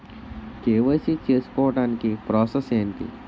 KYC చేసుకోవటానికి process ఏంటి?